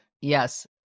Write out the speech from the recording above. Yes